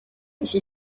iki